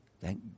Thank